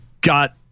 got